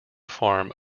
farm